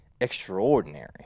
extraordinary